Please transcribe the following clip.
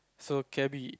so can we